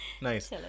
nice